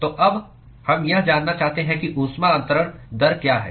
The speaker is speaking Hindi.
तो अब हम यह जानना चाहते हैं कि ऊष्मा अन्तरण दर क्या है